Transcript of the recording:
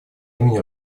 имени